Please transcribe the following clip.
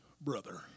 brother